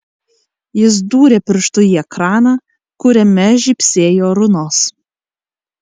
jis dūrė pirštu į ekraną kuriame žybsėjo runos